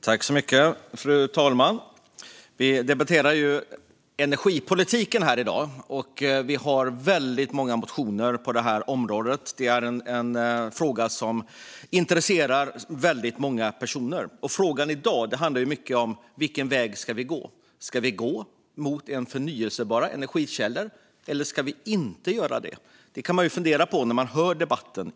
Fru talman! Vi debatterar energipolitiken här i dag, och det finns väldigt många motioner på detta område. Det är en fråga som intresserar väldigt många personer. I dag handlar frågan mycket om vilken väg som vi ska gå. Ska vi gå mot förnybara energikällor, eller ska vi inte göra det? Det kan man ibland fundera på när man hör debatten.